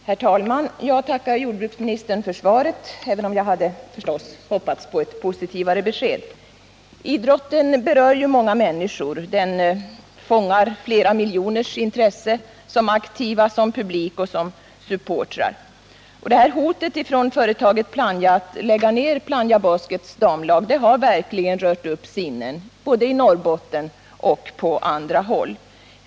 Herr talman! Jag tackar jordbruksministern för svaret, även om jag — förstås — hade hoppats på ett positivare besked. Idrotten berör många människor. Den fångar flera miljoners intresse som aktiva, som publik och som supportrar. Hotet från företaget Plannja att lägga ner Plannja Baskets damlag har verkligen upprört sinnen i Norrbotten och på andra håll.